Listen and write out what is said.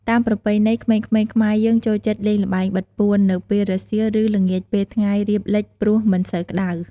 តាមប្រពៃណី ក្មេងៗខ្មែរយើងចូលចិត្តលេងល្បែងបិទពួន នៅពេលរសៀល ឬ ល្ងាចពេលថ្ងៃរៀបលិចព្រោះមិនសូវក្ដៅ។